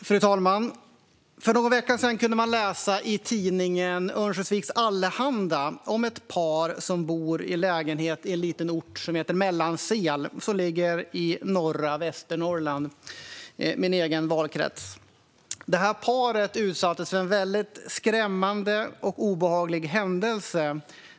Fru talman! För någon vecka kunde man läsa i Örnsköldsviks Allehanda om ett par som bor i en lägenhet i en liten ort som heter Mellansel i norra Västernorrland, min egen valkrets. Detta par utsattes för en mycket skrämmande och obehaglig händelse.